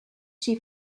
she